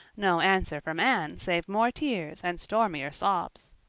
no answer from anne save more tears and stormier sobs!